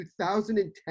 2010